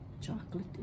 chocolate